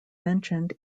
mentioned